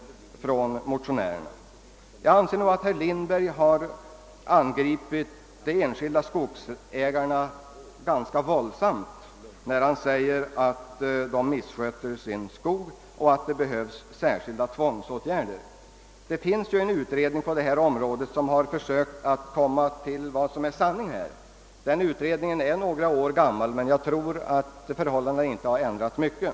Herr Lindberg angriper ganska hårt de enskilda skogsägarna när han säger att de missköter sin skog och att det behövs särskilda tvångsåtgärder. En utredning har försökt ta reda på vad som är sanning i det fallet. Utredningen är nu några år gammal, men jag tror inte att förhållandena har ändrats särskilt mycket.